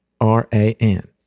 R-A-N